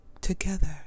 together